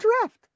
draft